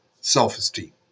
Self-esteem